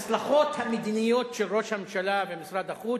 שדיבר על ההצלחות המדיניות של ראש הממשלה ומשרד החוץ,